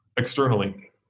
Externally